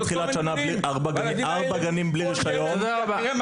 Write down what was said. מתחילת שנה ארבעה גנים בלי רישיון.